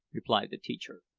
replied the teacher.